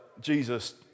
Jesus